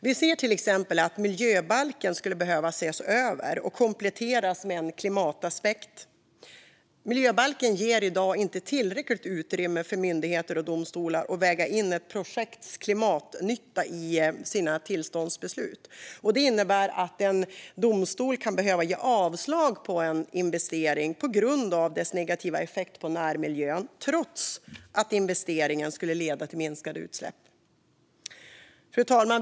Vi ser till exempel att miljöbalken skulle behöva ses över och kompletteras med en klimataspekt. Miljöbalken ger i dag inte tillräckligt utrymme för myndigheter och domstolar att väga in ett projekts klimatnytta i sina tillståndsbeslut. Det innebär att en domstol kan behöva ge avslag på en ansökan om en investering på grund av dess negativa effekt på närmiljön, trots att investeringen skulle leda till minskade utsläpp. Fru talman!